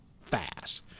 fast